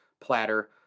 Platter